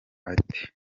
ate